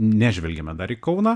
nežvelgiame dar į kauną